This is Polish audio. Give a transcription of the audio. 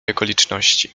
okoliczności